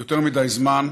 יותר מדי זמן,